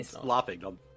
laughing